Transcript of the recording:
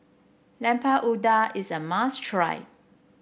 Lemper Udang is a must try